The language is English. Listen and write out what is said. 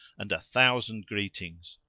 and a thousand greetings!